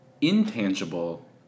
intangible